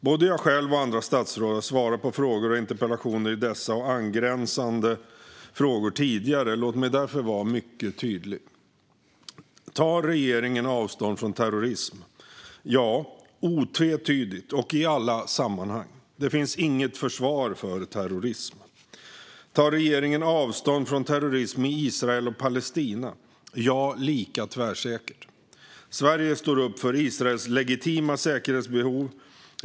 Både jag själv och andra statsråd har svarat på frågor och interpellationer i dessa och angränsande frågor tidigare. Låt mig därför vara mycket tydlig. Tar regeringen avstånd från terrorism? Ja, otvetydigt och i alla sammanhang. Det finns inget försvar för terrorism. Tar regeringen avstånd från terrorism i Israel och Palestina? Ja, lika tvärsäkert. Sverige står upp för Israels legitima säkerhetsbehov.